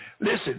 Listen